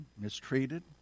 mistreated